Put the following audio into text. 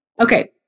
okay